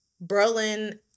Berlin